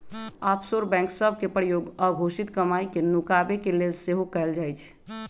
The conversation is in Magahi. आफशोर बैंक सभ के प्रयोग अघोषित कमाई के नुकाबे के लेल सेहो कएल जाइ छइ